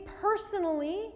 personally